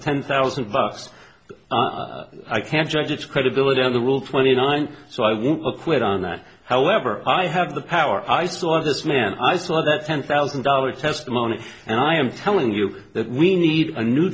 ten thousand bucks i can judge its credibility on the rule twenty nine so i won't acquit on that however i have the power i saw this man i saw that ten thousand dollars testimony and i am telling you that we need a new